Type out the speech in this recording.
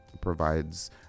provides